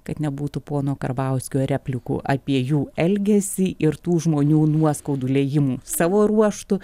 kad nebūtų pono karbauskio replikų apie jų elgesį ir tų žmonių nuoskaudų liejimų savo ruožtu